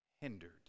hindered